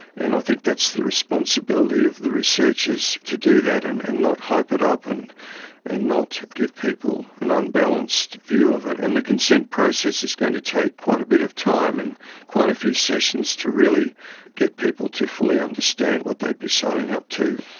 and i think that's the responsibility of the researchers to do that and and not hype it up and and not give people an unbalanced view of it. and the consent process is going to take quite a bit of time and quite a few sessions to really get people to fully understand what they'd be signing up to.